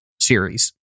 series